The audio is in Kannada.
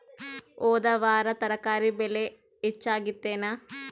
ಹೊದ ವಾರ ತರಕಾರಿ ಬೆಲೆ ಹೆಚ್ಚಾಗಿತ್ತೇನ?